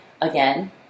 again